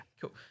Cool